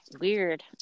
weird